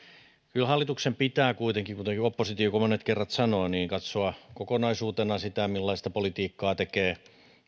kyllä hallituksen pitää kuitenkin kuten oppositio monet kerrat sanoo katsoa kokonaisuutena sitä millaista politiikkaa tekee